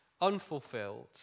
unfulfilled